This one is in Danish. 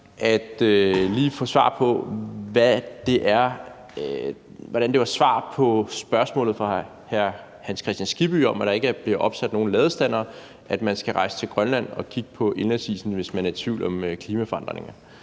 at få svar på, hvordan det var svar på spørgsmålet fra hr. Hans Kristian Skibby om, at der ikke bliver opsat nogen ladestandere, at man skal rejse til Grønland og kigge på indlandsisen, hvis man er i tvivl om klimaforandringerne.